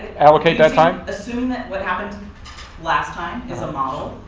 allocate that time? assume that what happened last time is a model.